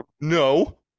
no